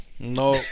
No